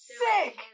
sick